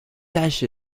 dash